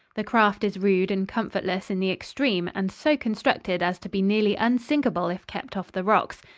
the craft is rude and comfortless in the extreme and so constructed as to be nearly unsinkable if kept off the rocks.